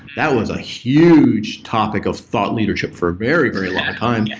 that was a huge topic of thought leadership for a very, very long time,